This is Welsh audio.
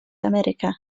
america